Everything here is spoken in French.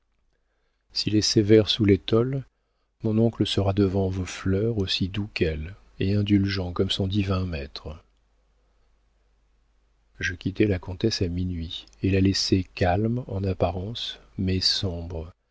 s'il est sévère sous l'étole mon oncle sera devant vos fleurs aussi doux qu'elles et indulgent comme son divin maître je quittai la comtesse à minuit et la laissai calme en apparence mais sombre